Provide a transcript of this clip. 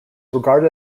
regarded